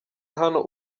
hano